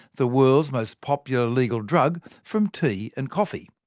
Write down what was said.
the world's most popular legal drug, from tea and coffee.